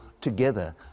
together